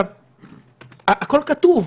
הכול כתוב,